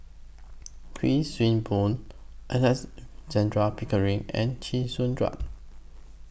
Kuik Swee Boon Alexandra Pickering and Chee Soon Juan